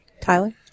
Tyler